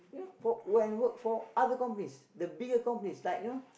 you know for when work for other companies the bigger companies like you know